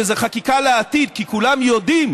שזו חקיקה לעתיד, כי כולם יודעים